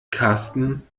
karsten